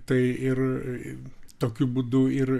tai ir tokiu būdu ir